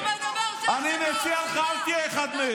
הוא מדבר שש דקות.